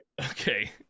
Okay